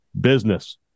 business